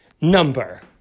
number